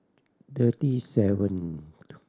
thirty seventh